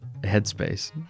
headspace